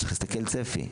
צריך להסתכל צפי,